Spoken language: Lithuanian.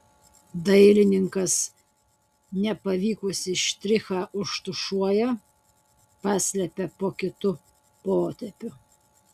dailininkas nepavykusį štrichą užtušuoja paslepia po kitu potėpiu